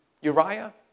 Uriah